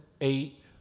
eight